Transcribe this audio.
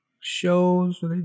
shows